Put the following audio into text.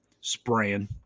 spraying